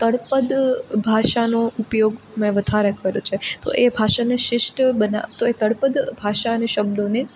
તળપદી ભાષાનો ઉપયોગ મેં વધારે કર્યો છે તો એ ભાષાને શિષ્ટ તો એ તળપદી ભાષા ને શબ્દોને